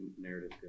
narrative